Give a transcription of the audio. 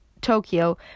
Tokyo